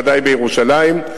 וודאי בירושלים.